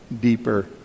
deeper